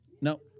No